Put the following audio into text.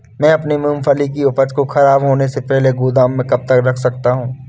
मैं अपनी मूँगफली की उपज को ख़राब होने से पहले गोदाम में कब तक रख सकता हूँ?